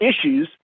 issues